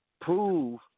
prove